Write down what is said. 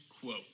quote